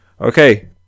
okay